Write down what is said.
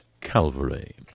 Calvary